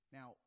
Now